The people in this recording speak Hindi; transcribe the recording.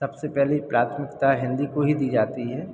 सबसे पहली प्राथमिकता हिन्दी को ही दी जाती है